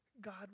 God